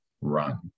run